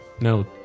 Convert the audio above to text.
No